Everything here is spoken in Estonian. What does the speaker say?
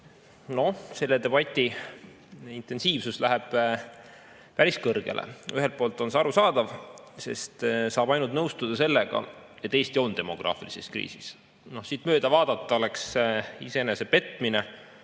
Noh, selle debati intensiivsus läheb päris [suureks]. Ühelt poolt on see arusaadav, sest saab ainult nõustuda sellega, et Eesti on demograafilises kriisis. Siit mööda vaadata oleks iseenese petmine.